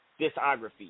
discography